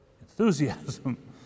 Enthusiasm